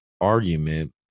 argument